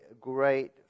great